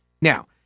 Now